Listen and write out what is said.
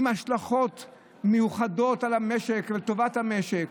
עם השלכות מיוחדות על המשק, לטובת המשק.